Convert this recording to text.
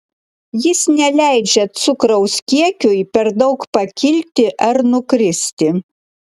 jis neleidžia cukraus kiekiui per daug pakilti ar nukristi